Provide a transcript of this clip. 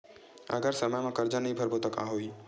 अगर समय मा कर्जा नहीं भरबों का होई?